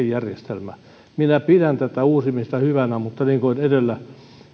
järjestelmä minä pidän tätä uusimista hyvänä mutta niin kuin edellä